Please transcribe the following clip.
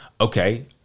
Okay